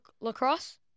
lacrosse